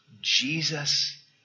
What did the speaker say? Jesus